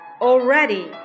Already